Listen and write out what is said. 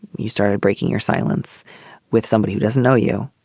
you started breaking your silence with somebody who doesn't know you.